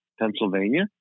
Pennsylvania